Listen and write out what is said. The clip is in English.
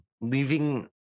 Leaving